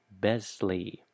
Besley